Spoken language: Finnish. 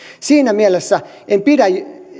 siinä mielessä en pidä